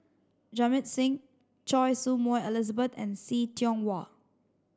Jamit Singh Choy Su Moi Elizabeth and See Tiong Wah